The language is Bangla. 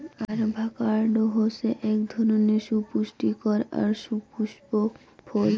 আভাকাডো হসে আক ধরণের সুপুস্টিকর আর সুপুস্পক ফল